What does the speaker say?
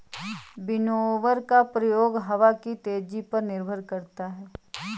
winnower का प्रयोग हवा की तेजी पर निर्भर करता है